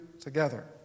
together